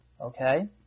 Okay